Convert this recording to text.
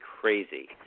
crazy